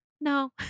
no